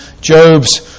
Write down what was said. Job's